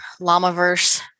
Llamaverse